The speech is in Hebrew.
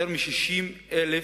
יותר מ-60,000